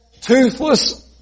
toothless